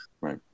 Right